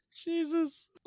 Jesus